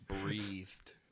breathed